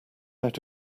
out